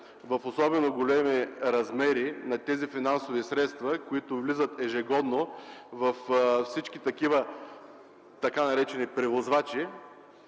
в особено големи размери на финансови средства, които влизат ежегодно във всички така наречени превозвачи,